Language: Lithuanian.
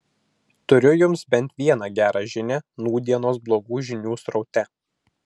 turiu jums bent vieną gerą žinią nūdienos blogų žinių sraute